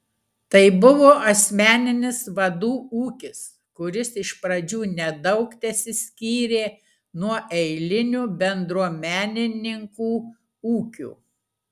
tai buvo asmeninis vadų ūkis kuris iš pradžių nedaug tesiskyrė nuo eilinių bendruomenininkų ūkių